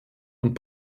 und